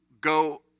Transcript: go